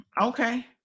okay